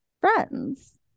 friends